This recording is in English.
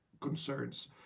concerns